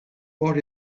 what